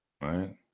Right